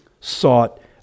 sought